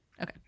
Okay